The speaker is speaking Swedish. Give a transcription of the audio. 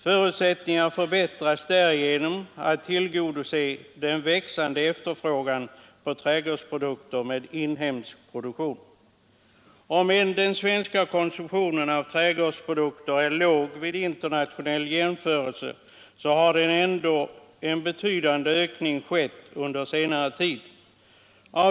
Förutsättningarna att tillgodose den växande efterfrågan på trädgårdsprodukter av inhemsk produktion förbättras därigenom. Om den svenska konsumtionen av trädgårdsprodukter är låg vid internationell jämförelse, har ändå en betydande ökning skett under senare tid.